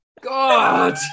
God